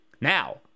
Now